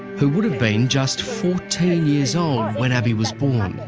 who would've been just fourteen years old when abii was born.